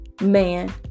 man